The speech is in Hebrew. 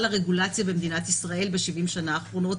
הרגולציה במדינת ישראל בשבעים השנה האחרונות.